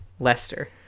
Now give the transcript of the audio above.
lester